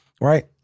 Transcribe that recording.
right